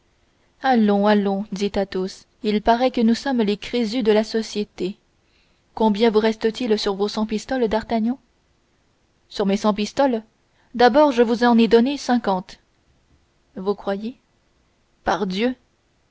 allons allons dit athos il paraît que nous sommes les crésus de la société combien vous reste-t-il sur vos cent pistoles d'artagnan sur mes cent pistoles d'abord je vous en ai donné cinquante vous croyez pardieu